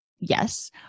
Yes